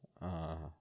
(uh huh) (uh huh)